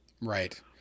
right